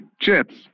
chips